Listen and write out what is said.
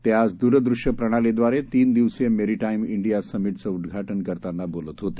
ते आज दुरदृश्य प्रणालीद्वारे तीन दिवसीय मेरीटाईम इंडिया समिटचं उद्घाटन करतांना बोलत होते